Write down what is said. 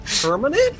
permanent